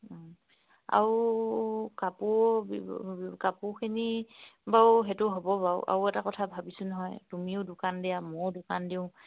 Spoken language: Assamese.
আৰু কাপোৰ কাপোৰখিনি বাৰু সেইটো হ'ব বাৰু আৰু এটা কথা ভাবিছোঁ নহয় তুমিও দোকান দিয়া ময়ো দোকান দিওঁ